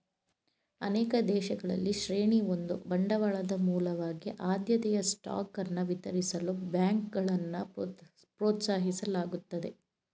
ಅನೇಕ ದೇಶಗಳಲ್ಲಿ ಶ್ರೇಣಿ ಒಂದು ಬಂಡವಾಳದ ಮೂಲವಾಗಿ ಆದ್ಯತೆಯ ಸ್ಟಾಕ್ ಅನ್ನ ವಿತರಿಸಲು ಬ್ಯಾಂಕ್ಗಳನ್ನ ಪ್ರೋತ್ಸಾಹಿಸಲಾಗುತ್ತದೆ